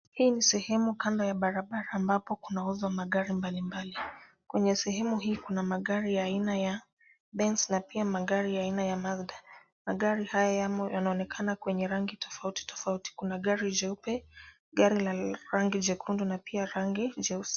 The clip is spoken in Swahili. Hii ni sehemu kando ya barabara ambapo kunauzwa magari mbalimbali. Kwenye sehemu hii kuna magari ya aina ya benz na pia magari ya aina ya mazda. Magari haya yamo yanaonekana katika rangi tofauti tofauti. Kuna gari jeupe, gari la rangi jekundu na pia rangi jeusi.